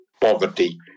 poverty